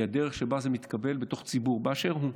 הדרך שבה זה מתקבל בתוך ציבור באשר הוא.